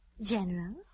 General